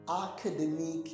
academic